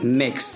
MIX